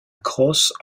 crosse